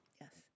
yes